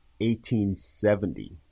1870